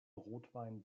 rotwein